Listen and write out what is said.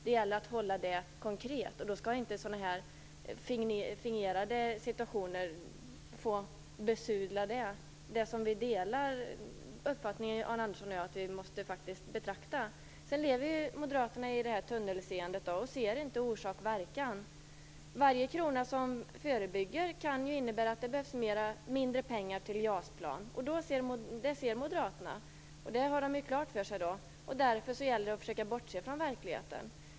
Det gäller att hålla det konkret, och då skall inte sådana här fingerade situationer få besudla det som vi faktiskt är överens om, Arne Andersson och jag, att vi måste beakta. Sedan har Moderaterna sitt tunnelseende och ser inte orsak och verkan. Varje krona som förebygger kan ju innebära att det behövs mindre pengar till JAS plan, och det ser Moderaterna. Det har de klart för sig. Därför gäller det att försöka bortse från verkligheten.